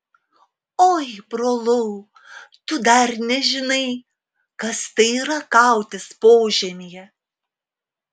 oi brolau tu dar nežinai kas tai yra kautis požemyje